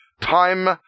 time